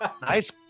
Nice